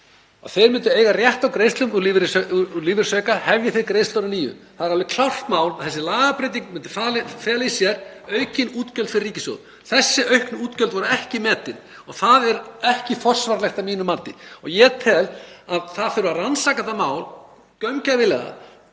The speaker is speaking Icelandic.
að þeir myndu eiga rétt á greiðslum úr lífeyrisaukasjóðnum hefðu þeir greiðslur að nýju. Það var alveg klárt mál að þessi lagabreyting myndi fela í sér aukin útgjöld fyrir ríkissjóð. Þessi auknu útgjöld voru ekki metin. Það er ekki forsvaranlegt að mínu mati og ég tel að það þurfi að rannsaka það mál gaumgæfilega